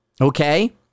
Okay